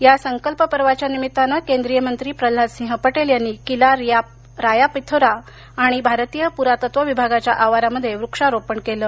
या संकल्प पर्वाच्या निमित्ताने केंद्रीय मंत्री प्रल्हाद सिंह पटेल यांनी किला राया पिथोरा आणि भारतीय पुरातत्व विभागाच्या आवारामध्ये वृक्षारोपण केल